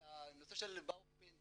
בנושא של תעסוקה יש פניות,